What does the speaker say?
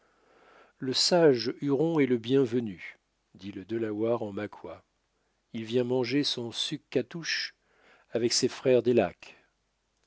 le sage huron est le bienvenu dit le delaware en maqua il vient manger son suc cartouche avec ses frères des lacs